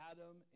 Adam